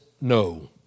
no